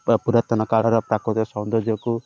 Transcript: ପୁରାତନ କାଳର ପ୍ରାକୃତିକ ସୌନ୍ଦର୍ଯ୍ୟକୁ